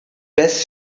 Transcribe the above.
best